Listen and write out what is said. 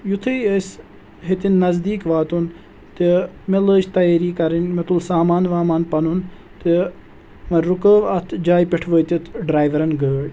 یُتھُے أسۍ ہیٚتِن نزدیٖک واتُن تہٕ مےٚ لٲج تیٲری کَرٕنۍ مےٚ تُل سامان وامان پَنُن تہٕ وۄنۍ رُکٲو اَتھ جایہِ پٮ۪ٹھ وٲتِتھ ڈرٛایوَرَن گٲڑۍ